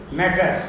matter